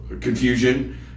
confusion